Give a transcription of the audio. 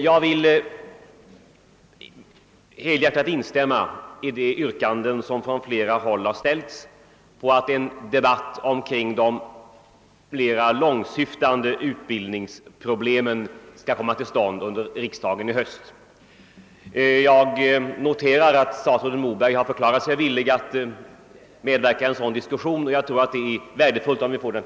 Jag vill helhjärtat instämma i de yrkanden som från flera håll har ställts om att en debatt om de mer långsyftande utbildningsproblemen skall komma till stånd under höstriksdagen. Stats rådet Moberg har förklarat sig villig att medverka i en sådan diskussion, och jag tror att det är värdefullt om vi får den.